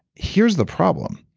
here's the problem,